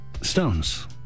Stones